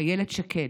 אילת שקד,